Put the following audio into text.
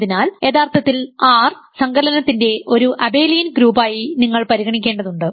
അതിനാൽ യഥാർത്ഥത്തിൽ R സങ്കലനത്തിൻറെ ഒരു അബെലിയൻ ഗ്രൂപ്പായി നിങ്ങൾ പരിഗണിക്കേണ്ടതുണ്ട്